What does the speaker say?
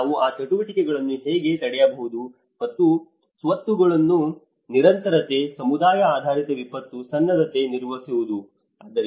ಆದ್ದರಿಂದ ನಾವು ಆ ಚಟುವಟಿಕೆಗಳನ್ನು ಹೇಗೆ ತಡೆಯಬಹುದು ಮತ್ತು ಸ್ವತ್ತುಗಳನ್ನು ನಿರಂತರತೆ ಸಮುದಾಯ ಆಧಾರಿತ ವಿಪತ್ತು ಸನ್ನದ್ಧತೆ ನಿರ್ವಹಿಸುವುದು